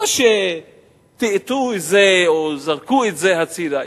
לא טאטאו את זה או זרקו את זה החוצה.